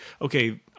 okay